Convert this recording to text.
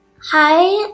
Hi